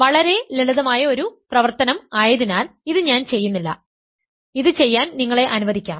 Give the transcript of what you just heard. വളരെ ലളിതമായ ഒരു പ്രസ്താവന ആയതിനാൽ ഇത് ഞാൻ ചെയ്യുന്നില്ല ഇത് ചെയ്യാൻ നിങ്ങളെ അനുവദിക്കാം